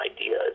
ideas